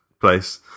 place